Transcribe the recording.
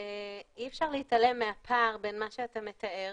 אי אפשר להתעלם מהפער בין מה שאתה מתאר